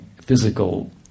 physical